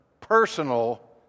personal